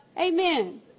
Amen